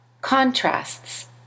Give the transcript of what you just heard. Contrasts